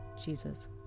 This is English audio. Jesus